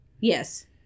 Yes